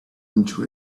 into